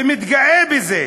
ומתגאה בזה,